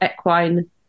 equine